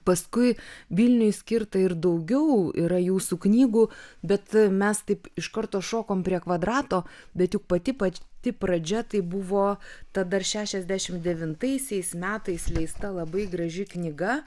paskui vilniui skirta ir daugiau yra jūsų knygų bet mes taip iš karto šokom prie kvadrato bet juk pati pati pradžia tai buvo ta dar šešiasdešimt devintaisiais metais leista labai graži knyga